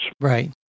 Right